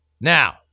Now